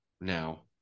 now